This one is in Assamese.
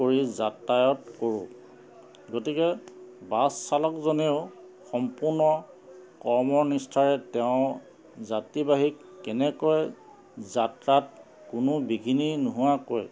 কৰি যাতায়ত কৰোঁ গতিকে বাছ চালকজনেও সম্পূৰ্ণ কৰ্ম নিষ্ঠাৰে তেওঁ যাত্ৰীবাহীক কেনেকৈ যাত্ৰাত কোনো বিঘিনি নোহোৱাকৈ